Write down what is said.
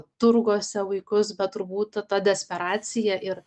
turguose vaikus bet turbūt ta desperacija ir